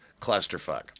clusterfuck